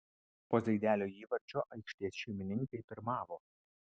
po zaidelio įvarčio aikštės šeimininkai pirmavo